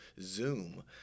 Zoom